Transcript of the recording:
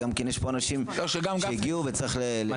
יש פה אנשים שהגיעו וצריך לשמוע אותם.